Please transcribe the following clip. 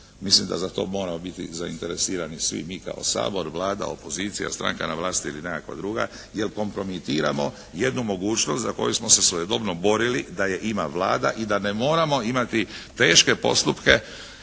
Mislim da za to moramo biti zainteresirani svi mi kao Sabor, Vlada, opozicija, stranka na vlasti ili nekakva druga jer kompromitiramo jednu mogućnost za koju smo se svojedobno borili da je ima Vlada i da ne moramo imati teške postupke